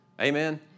Amen